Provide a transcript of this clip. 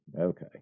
Okay